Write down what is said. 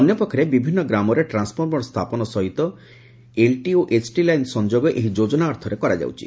ଅନ୍ୟପକ୍ଷରେବିଭିନ୍ନ ଗ୍ରାମରେ ଟ୍ରାନସଫର୍ମର ସ୍ରାପନ ସହିତ ଏଲଟି ଏବଂ ଏଚଟି ଲାଇନ ସଂଯୋଗ ଏହି ଯୋଜନା ଅର୍ଥରେ କରାଯାଉଛି